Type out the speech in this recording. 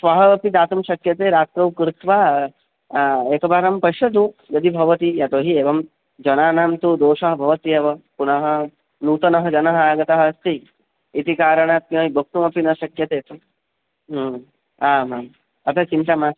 श्वः अपि दातुं शक्यते रात्रौ कृत्वा एकवारं पश्यतु यदि भवति यतो हि एवं जनानां तु दोषः भवत्येव पुनः नूतनः जनः आगतः अस्ति इति कारणात् किमपि वक्तुमपि न शक्यते ह्म् आमाम् अतः चिन्ता नास्ति